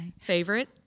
Favorite